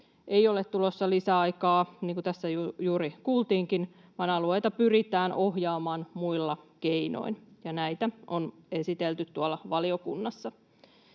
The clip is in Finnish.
ei ole tulossa lisäaikaa, niin kuin tässä juuri kuultiinkin, vaan alueita pyritään ohjaamaan muilla keinoin, ja näitä on esitelty tuolla valiokunnassa.